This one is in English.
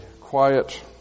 quiet